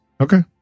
Okay